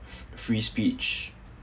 f~ fre~ free speech